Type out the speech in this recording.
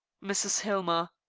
mrs. hillmer.